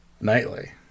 nightly